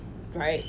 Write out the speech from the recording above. right